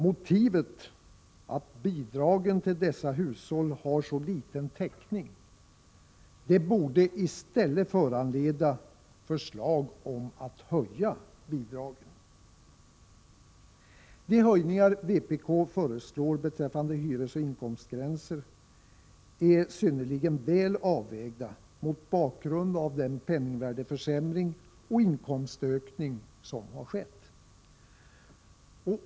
Motivet att bidragen till dessa hushåll har så liten täckning borde i stället föranleda förslag om att höja bidragen. De höjningar som vpk föreslår beträffande hyresoch inkomstgränser är synnerligen väl avvägda mot bakgrund av den penningvärdesförsämring och inkomstökning som har skett.